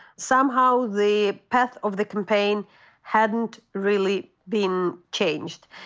somehow the path of the campaign hadn't really been changed.